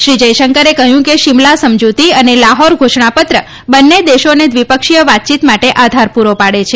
શ્રી જયશંકરે કહ્યું કે સિમલા સમજૂતી અને લાહોર ઘોષણાપત્ર બંને દેશોને દ્વિપક્ષીય વાતયીત માટે આધાર પૂરો પાડે છે